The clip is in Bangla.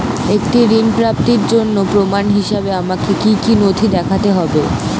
একটি ঋণ প্রাপ্তির জন্য প্রমাণ হিসাবে আমাকে কী কী নথি দেখাতে হবে?